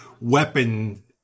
weapon